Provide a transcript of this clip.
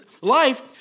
life